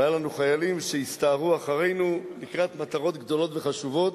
והיו לנו חיילים שהסתערו אחרינו לקראת מטרות גדולות וחשובות,